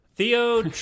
Theo